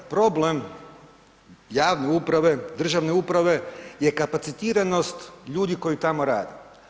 Problem javne uprave, državne uprave je kapacitiranost ljudi koji tamo rade.